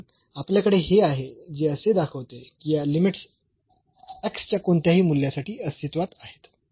म्हणून आपल्याकडे हे आहे जे असे दाखवते की या लिमिट्स च्या कोणत्याही मूल्यासाठी अस्तित्वात आहेत